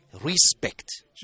Respect